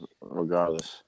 Regardless